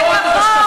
כשזה מתאים לכם,